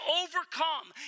overcome